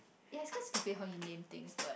ya it's quite stupid how he named things but